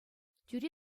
тӳре